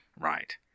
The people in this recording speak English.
Right